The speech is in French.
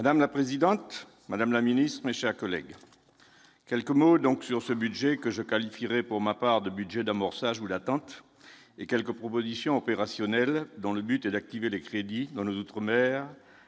Madame la présidente, Madame la Ministre, mes chers collègues, quelques mots donc sur ce budget que je qualifierais pour ma part de budget d'amorçage ou l'attente et quelques propositions opérationnelles dans le but d'activer les crédits dans l'Outre-mer